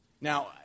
Now